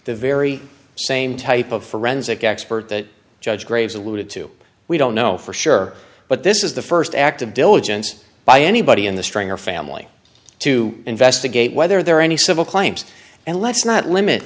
the very same type of forensic expert that judge graves alluded to we don't know for sure but this is the st act of diligence by anybody in the stringer family to investigate whether there are any civil claims and let's not limit